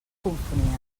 confonien